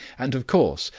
and of course,